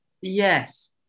Yes